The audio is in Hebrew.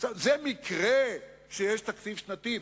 זה מקרה שיש תקציב שנתי?